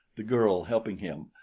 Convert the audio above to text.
the girl helping him,